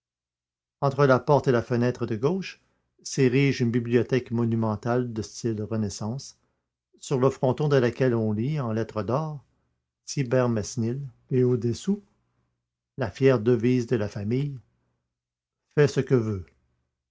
entre la porte et la fenêtre de gauche s'érige une bibliothèque monumentale de style renaissance sur le fronton de laquelle on lit en lettres d'or thibermesnil et au-dessous la fière devise de la famille fais ce que veulx